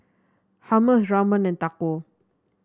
Hummus Ramen and Tacos